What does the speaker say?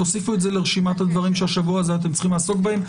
תוסיפו את זה לרשימת הדברים שהשבוע הזה אתם צריכים לעסוק בהם.